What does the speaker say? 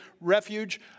refuge